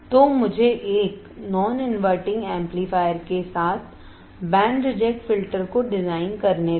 तो मुझे एक नॉन इनवर्टिंग एम्पलीफायर के साथ बैंड रिजेक्ट फिल्टर को डिज़ाइन करने दें